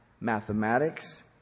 mathematics